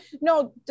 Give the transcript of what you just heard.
no